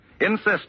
Insist